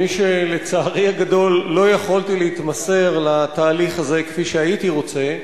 לצערי הגדול לא יכולתי להתמסר לתהליך הזה כפי שהייתי רוצה,